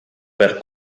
per